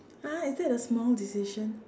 !huh! is that a small decision